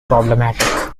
problematic